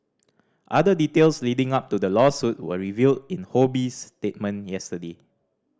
other details leading up to the lawsuit were revealed in Ho Bee's statement yesterday